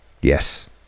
yes